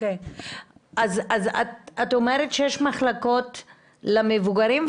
אז את אומרת שש מחלקות למבוגרים,